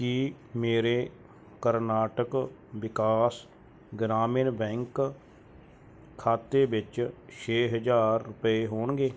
ਕੀ ਮੇਰੇ ਕਰਨਾਟਕ ਵਿਕਾਸ ਗ੍ਰਾਮੀਨ ਬੈਂਕ ਖਾਤੇ ਵਿੱਚ ਛੇ ਹਜ਼ਾਰ ਰੁਪਏ ਹੋਣਗੇ